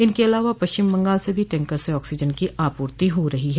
इनके अलावा पश्चिम बंगाल से भी टकर से ऑक्सीजन की आपूर्ति हो रही है